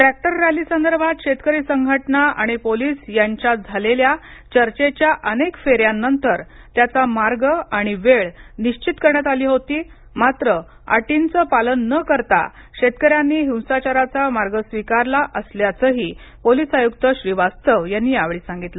tractor rally संदर्भात शेतकरी संघटना आणि पोलीस यांच्यात झालेल्या चर्चेच्या अनेक फेऱ्यानंतर त्याचा मार्ग आणि वेळ निश्चित करण्यात आली होती मात्र अटींच पालन न करता शेतकऱ्यांनी हिंसाचाराचामार्ग स्वीकारला असल्याचंहीपोलीस आयुक्त श्रीवास्तव यांनी सांगितल